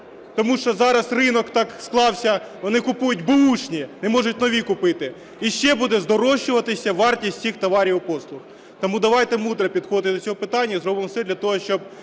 тому що зараз ринок так склався, вони купують беушні, не можуть нові купити, і ще буде здорожчуватися вартість цих товарів і послуг. Тому давайте мудро підходити до цього питання і зробимо все для того, щоб